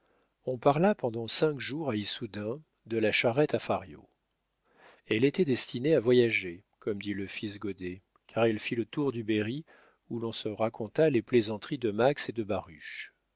on parla pendant cinq jours à issoudun de la charrette à fario elle était destinée à voyager comme dit le fils goddet car elle fit le tour du berry où l'on se raconta les plaisanteries de max et de baruch